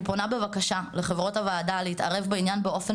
אני פונה בבקשה לחברות הוועדה להתערב בעניין באופן